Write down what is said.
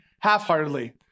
half-heartedly